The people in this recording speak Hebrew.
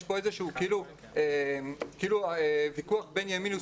יש פה איזשהו כאילו ויכוח בין ימין ושמאל.